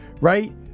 Right